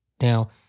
Now